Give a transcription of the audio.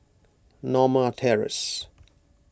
Norma Terrace